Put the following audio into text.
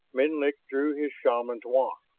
menlik drew his shaman's wand,